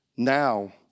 Now